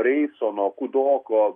reisono kudoko